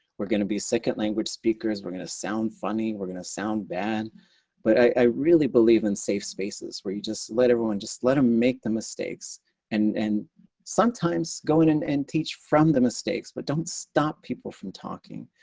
we're going to be second language speakers, we're going to sound funny, we're going to sound bad but i really believe in safe spaces where you just let everyone, just let them make the mistakes and and sometimes go in and and teach from the mistakes but don't stop people from talking,